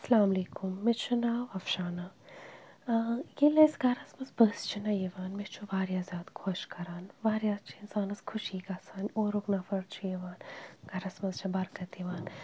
اسلامُ علیکُم مےٚ چھُ ناو افشانہ یا ییٚلہِ أسۍ گَرَس منٛز پٔژھۍ چھِنا یِوان مےٚ چھُ واریاہ زیادٕ خۄش کَران واریاہ چھِ اِنسانَس خوشی گژھان اورُک نَفر چھُ یِوان گَرَس منٛز چھِ برکت یِوان